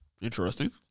Interesting